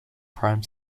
prime